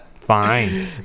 Fine